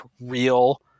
real